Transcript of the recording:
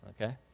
Okay